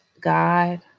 God